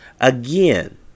Again